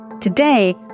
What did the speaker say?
Today